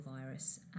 virus